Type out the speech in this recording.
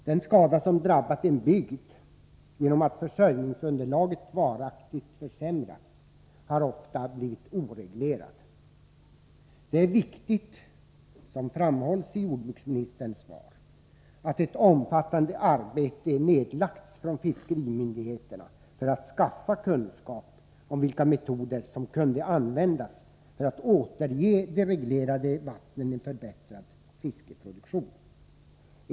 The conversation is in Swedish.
Den skada som drabbat en bygd genom att försörjningsunderla get varaktigt försämrats har oftast blivit oreglerad. Det är riktigt, som framhålles i jordbruksministerns svar, att ett omfattande arbete nedlagts från fiskerimyndigheterna för att skaffa kunskap om vilka metoder som skulle kunna användas för att återge de reglerade vattnen en förbättrad fiskeproduktion.